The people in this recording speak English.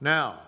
Now